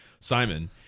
Simon